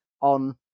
on